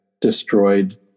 destroyed